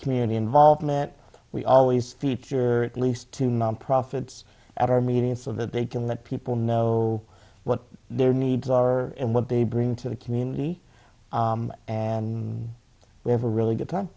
community involvement we always feature at least two nonprofits at our meeting so that they can let people know what their needs are and what they bring to the community and we have a really good time